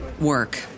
work